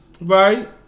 Right